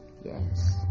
Yes